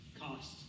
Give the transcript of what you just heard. cost